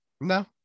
No